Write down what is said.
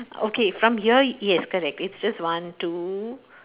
okay from here yes correct it's just one two